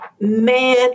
man